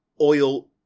oil